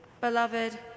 Beloved